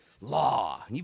law